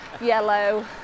yellow